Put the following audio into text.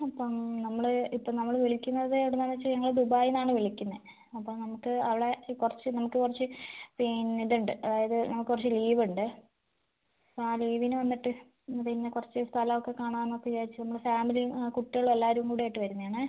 അപ്പം നമ്മൾ ഇപ്പം നമ്മൾ വിളിക്കുന്നത് എവിടെനിന്നാണ് വെച്ച് കഴിഞ്ഞാൽ ദുബായിൽ നിന്നാണ് വിളിക്കുന്നത് അപ്പം നമുക്ക് അവിടെ കുറച്ച് നമുക്ക് കുറച്ച് പിന്നെ ഇതുണ്ട് അതായത് നമുക്ക് കുറച്ച് ലീവ് ഉണ്ട് അപ്പോൾ ആ ലീവിന് വന്നിട്ട് പിന്നെ കുറച്ച് സ്ഥലമൊക്കെ കാണാമെന്നൊക്കെ വിചാരിച്ച് നമ്മൾ ഫാമിലിയും കുട്ടികളും എല്ലാവരും കൂടായിട്ട് വരുന്നതാണേ